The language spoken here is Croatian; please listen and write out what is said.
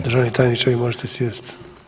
Državni tajniče vi možete sjest.